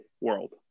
world